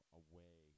away